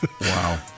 wow